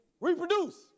Reproduce